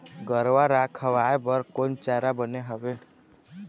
गरवा रा खवाए बर कोन चारा बने हावे?